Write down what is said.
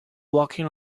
walking